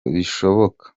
bishoboka